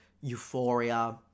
euphoria